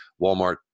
Walmart